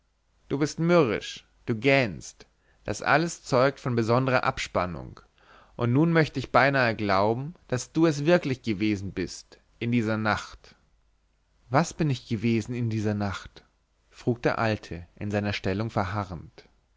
du bist mürrisch du gähnst das alles zeugt von besonderer abspannung und nun möcht ich beinahe glauben daß du es wirklich gewesen bist in dieser nacht was bin ich gewesen in dieser nacht frug der alte in seiner stellung verharrend